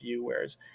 whereas